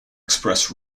express